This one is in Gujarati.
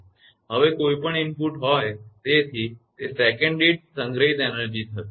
હવે કોઇ પણ ઇનપુટ હોય તેથી તે સેકંડ દીઠ સંગ્રહિત એનર્જી થશે